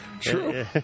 True